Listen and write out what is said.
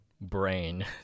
brain